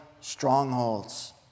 strongholds